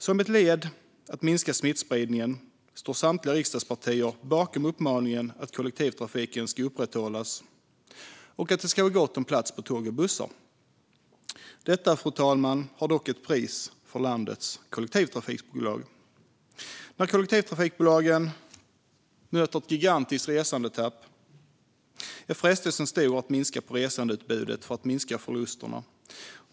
Som ett led i att minska smittspridningen står samtliga riksdagspartier bakom uppmaningen att kollektivtrafiken ska upprätthållas och att det ska vara gott om plats på tåg och bussar. Detta, fru talman, har dock ett pris för landets kollektivtrafikbolag. När kollektivtrafikbolagen möter ett gigantiskt resandetapp är frestelsen stor att minska på resandeutbudet för att minska förlusterna.